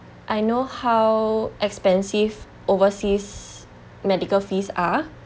I know how expensive overseas medical fees are